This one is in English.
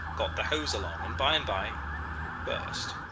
got the hose along, and by-and-by it burst.